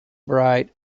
bright